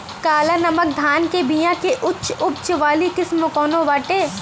काला नमक धान के बिया के उच्च उपज वाली किस्म कौनो बाटे?